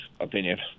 opinion